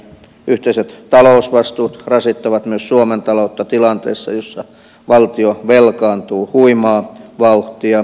yhteiset talousvastuut rasittavat myös suomen taloutta tilanteessa jossa valtio velkaantuu huimaa vauh tia